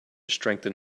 strengthen